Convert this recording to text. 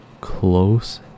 close